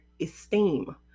esteem